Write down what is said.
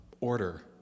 order